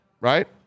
right